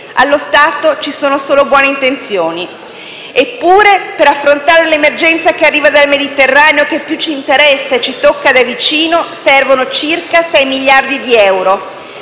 Allo stato, ci sono solo buone intenzioni. Eppure, per affrontare l'emergenza che arriva dal Mediterraneo e che più ci interessa e ci tocca da vicino, servono circa sei miliardi di euro.